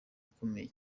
ukomeye